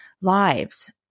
lives